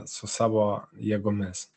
su savo jėgomis